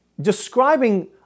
describing